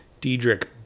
Diedrich